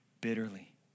bitterly